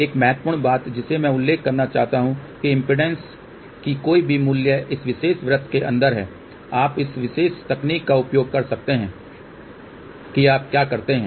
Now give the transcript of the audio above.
एक महत्वपूर्ण बात जिसे मैं उल्लेख करना चाहता हूं कि इम्पीडेन्स की कोई भी मूल्य इस विशेष वृत्त के अंदर हैं आप इस विशेष तकनीक का उपयोग कर सकते हैं कि आप क्या करते हैं